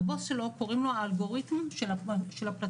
לבוס שלו קוראים האלגוריתם של הפלטפורמה